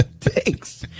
Thanks